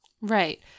Right